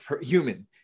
human